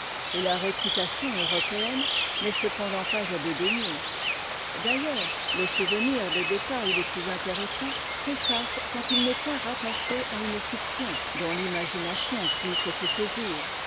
et la réputation européenne n'est cependant pas à dédaigner d'ailleurs le souvenir des détails les plus intéressants s'efface quand il n'est point rattaché à une fiction dont l'imagination puisse se saisir